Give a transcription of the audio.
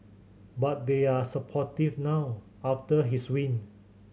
but they are supportive now after his win